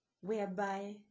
whereby